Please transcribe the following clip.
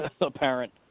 apparent